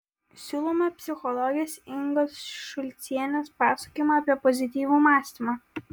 siūlome psichologės ingos šulcienės pasakojimą apie pozityvų mąstymą